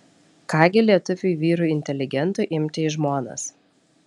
ką gi lietuviui vyrui inteligentui imti į žmonas